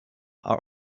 are